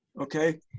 okay